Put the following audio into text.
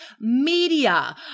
media